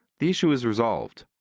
the issue is resolved.